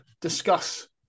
Discuss